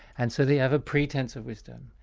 and so they have a pretence of wisdom.